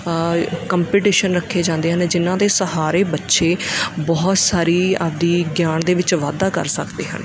competition ਰੱਖੇ ਜਾਂਦੇ ਹਨ ਜਿੰਨਾਂ ਦੇ ਸਹਾਰੇ ਬੱਚੇ ਬਹੁਤ ਸਾਰੀ ਆਪਦੀ ਗਿਆਨ ਦੇ ਵਿੱਚ ਵਾਧਾ ਕਰ ਸਕਦੇ ਹਨ